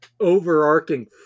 overarching